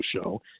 show